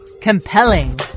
Compelling